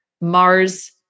Mars